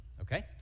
Okay